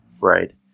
Right